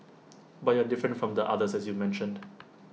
but you're different from the others as you mentioned